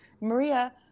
Maria